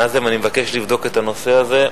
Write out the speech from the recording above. נאזם, אני מבקש לבדוק את הנושא הזה.